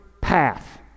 path